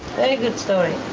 good story.